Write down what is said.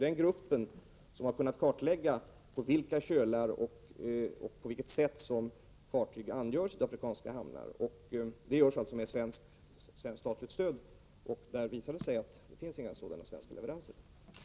Denna grupp har kunnat kartlägga på vilka kölar och på vilket sätt fartyg angör sydafrikanska hamnar. Denna kartläggning sker alltså med svenskt statligt stöd, och den har visat att några sådana svenska leveranser inte har skett.